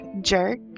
Jerk